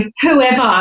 whoever